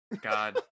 God